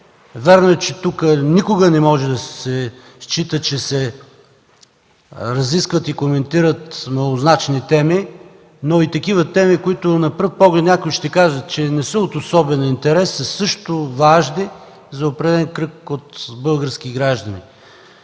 Вярно е, че тук никога не може да се счита, че се разискват и коментират малозначни теми, но и такива теми, за които някои ще кажат, че не са от особен интерес, са също важни за определен кръг от български граждани.